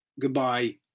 Goodbye